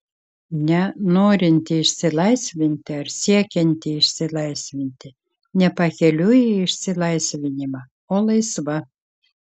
ne norinti išsilaisvinti ar siekianti išsilaisvinti ne pakeliui į išsilaisvinimą o laisva